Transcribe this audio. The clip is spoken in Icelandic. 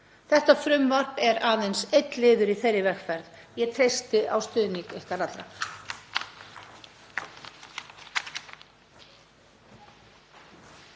Þetta frumvarp er aðeins einn liður í þeirri vegferð. Ég treysti á stuðning ykkar allra.